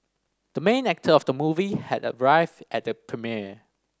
the main actor of the movie had arrived at the premiere